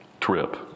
trip